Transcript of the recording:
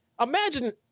imagine